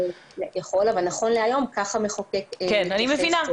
נכון אבל נכון להיום כך המחוקק התייחס לזה.